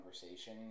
conversation